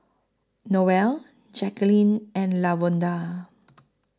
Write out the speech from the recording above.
Noelle Jaqueline and Lavonda